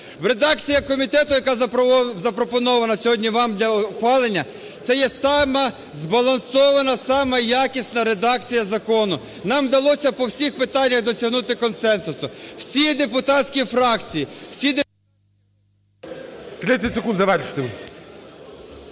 редакції комітету, яка запропонована сьогодні вам для ухвалення, це є сама збалансована, сама якісна редакція закону. Нам вдалося по всіх питаннях досягнути консенсусу. Всі депутатські фракції, всі… ГОЛОВУЮЧИЙ.